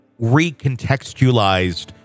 recontextualized